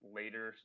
later